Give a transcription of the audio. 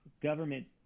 Government